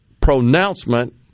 pronouncement